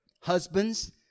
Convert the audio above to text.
Husbands